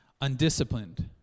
undisciplined